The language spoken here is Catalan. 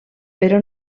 però